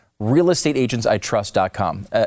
Realestateagentsitrust.com